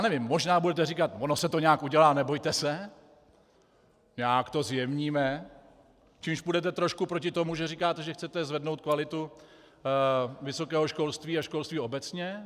Nevím, možná budete říkat: Ono se to nějak udělá, nebojte se, nějak to zjemníme čímž půjdete trošku proti tomu, že říkáte, že chcete zvednout kvalitu vysokého školství a školství obecně.